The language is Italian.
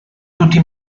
tutti